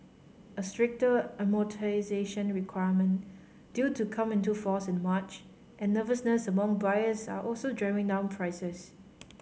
a stricter amortisation requirement due to come into force in March and nervousness among buyers are also driving down prices